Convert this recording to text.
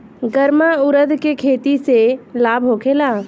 गर्मा उरद के खेती से लाभ होखे ला?